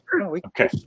Okay